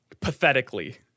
Pathetically